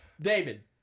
David